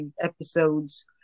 episodes